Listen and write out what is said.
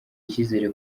icyizere